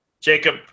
Jacob